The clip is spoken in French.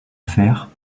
affaire